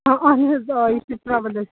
اَہَن حظ آ یہِ چھِ ٹراوٕل حظ